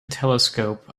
telescope